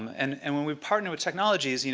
and and when we partner with technologies, you know